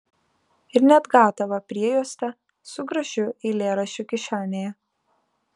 ir net gatavą priejuostę su gražiu eilėraščiu kišenėje